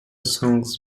songs